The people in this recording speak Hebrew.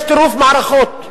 יש טירוף מערכות.